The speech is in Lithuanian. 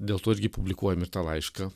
dėl to irgi publikuojam ir tą laišką